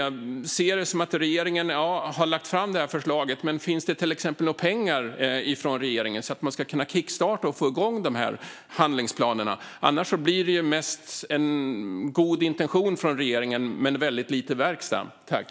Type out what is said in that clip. Jag ser att det verkar som att regeringen har lagt fram förslaget, men finns det till exempel några pengar från regeringen så att man ska kunna kickstarta och få igång handlingsplanerna? Annars blir det ju mest en god intention från regeringen men väldigt lite verkstad.